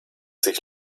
sich